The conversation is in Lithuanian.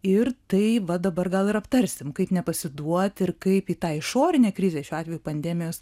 ir tai va dabar gal ir aptarsim kaip nepasiduot ir kaip į tą išorinę krizę šiuo atveju pandemijos